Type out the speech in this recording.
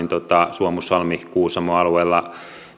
suomussalmi kuusamo alueella